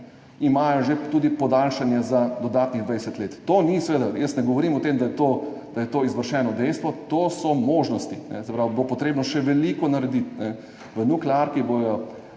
ima že tudi podaljšanje za dodatnih 20 let. Ne govorim o tem, da je to izvršeno dejstvo, to so možnosti. Se pravi, bo potrebno še veliko narediti. V nuklearki bodo